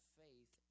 faith